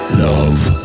love